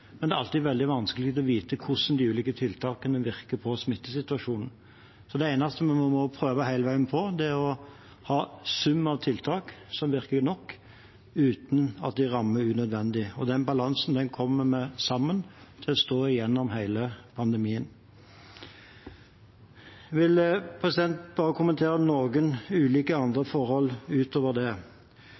vanskelig å vite hvordan de ulike tiltakene virker på smittesituasjonen, og det eneste vi må prøve på hele veien, er å ha en sum av tiltak som virker nok, uten at de rammer unødvendig. Den balansen kommer vi sammen til å stå i gjennom hele pandemien. Jeg vil bare kommentere noen ulike forhold utover det.